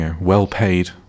well-paid